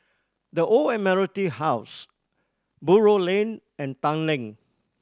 The Old Admiralty House Buroh Lane and Tanglin